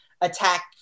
attack